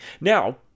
Now